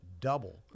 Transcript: double